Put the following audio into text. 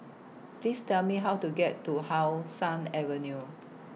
Please Tell Me How to get to How Sun Avenue